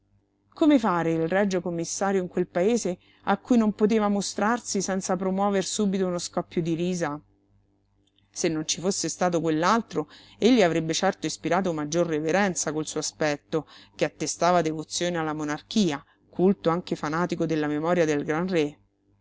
in quel paese a cui non poteva mostrarsi senza promuover subito uno scoppio di risa se non ci fosse stato quell'altro egli avrebbe certo ispirato maggior reverenza col suo aspetto che attestava devozione alla monarchia culto anche fanatico della memoria del gran re